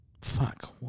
Fuck